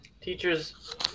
teachers